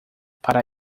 para